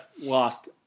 lost